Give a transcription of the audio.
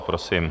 Prosím.